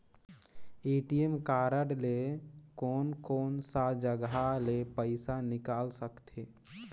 ATM card ले कोन कोन सा जगह ले पइसा निकाल सकथे?